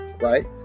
right